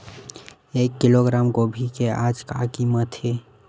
एक किलोग्राम गोभी के आज का कीमत हे?